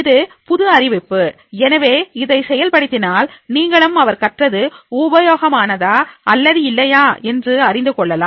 இது புது அறிவிப்பு எனவே அதை செயல்படுத்தினால் நீங்களும் அவர் கற்றது உபயோகமானதா அல்லது இல்லையா என்று அறிந்து கொள்ளலாம்